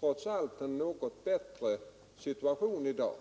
trots allt en något bättre situation i dag.